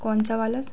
कौन सा वाला